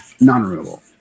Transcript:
non-renewable